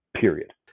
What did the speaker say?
Period